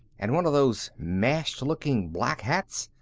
and one of those mashed-looking black hats.